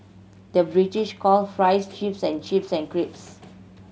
the British call fries chips and chips and crisps